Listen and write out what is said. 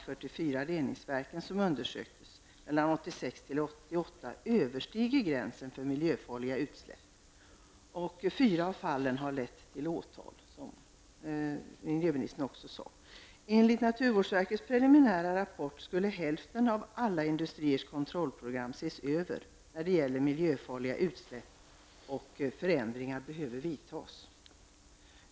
fyra fall har det lett till åtal, vilket miljöministern också sade. Enligt naturvårdsverkets preliminära rapport skall hälften av alla industriers kontrollprogram ses över när det gäller miljöfarliga utsläpp och förändringar behöver vidtas.